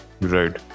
Right